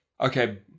okay